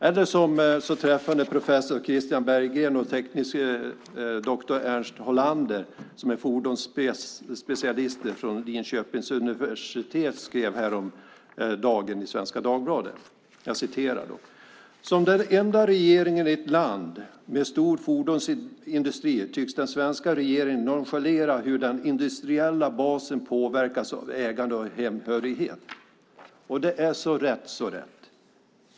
Eller som så träffande professor Christian Berggren och teknologie doktor Ernst Hollander, som är fordonsspecialister från Linköpings universitet, skrev häromdagen i Svenska Dagbladet: "Som den enda regeringen i ett land med stor fordonsindustri tycks den svenska nonchalera hur den industriella basen påverkas av ägande och hemhörighet." Det är så rätt, så rätt.